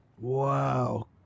Wow